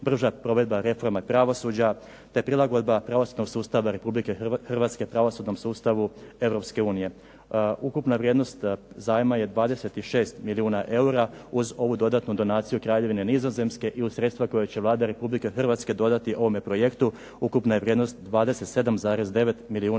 brža provedba reforme pravosuđa, te prilagodba pravosudnog sustava Republike Hrvatske pravosudnom sustavu Europske unije. Ukupna vrijednost zajma je 26 milijuna eura uz ovu dodatnu donaciju Kraljevine Nizozemske, i uz sredstva koja će Vlada Republike Hrvatske dodati ovom projektu, ukupna je vrijednost 27,9 milijuna eura.